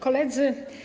Koledzy!